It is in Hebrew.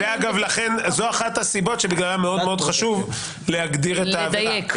זו אחת הסיבות שבגללה מאוד מאוד חשוב להגדיר את העבירה,